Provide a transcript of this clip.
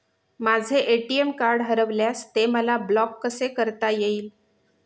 माझे ATM card हरविल्यास ते मला ब्लॉक कसे करता येईल?